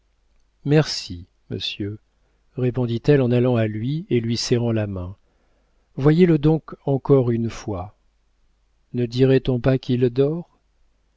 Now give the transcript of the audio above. merci monsieur répondit-elle en allant à lui et lui serrant la main voyez-le donc encore une fois ne dirait-on pas qu'il dort